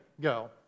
Go